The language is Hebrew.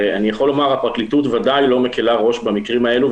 ואני יכול לומר: הפרקליטות ודאי לא מקלה ראש במקרים האלו,